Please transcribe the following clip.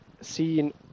seen